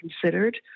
considered